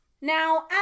Now